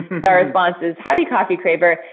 their response is, howdy coffee craver.